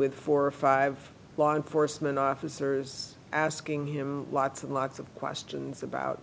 with four or five law enforcement officers asking him lots and lots of questions about